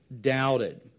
doubted